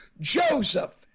joseph